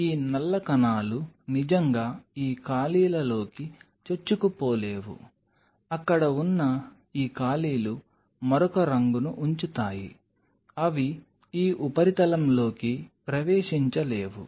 ఈ నల్ల కణాలు నిజంగా ఈ ఖాళీలలోకి చొచ్చుకుపోలేవు అక్కడ ఉన్న ఈ ఖాళీలు మరొక రంగును ఉంచుతాయి అవి ఈ ఉపరితలంలోకి ప్రవేశించలేవు